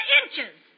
inches